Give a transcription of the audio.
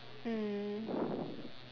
mm